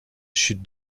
chute